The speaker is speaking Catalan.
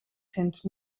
cents